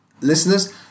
listeners